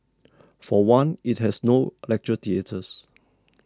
for one it has no lecture theatres